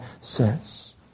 says